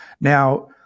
Now